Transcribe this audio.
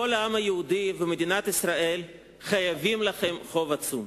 כל העם היהודי ומדינת ישראל חייבים לכם חוב עצום.